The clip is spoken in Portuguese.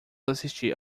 assistir